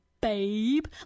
babe